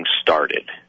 started